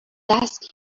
ask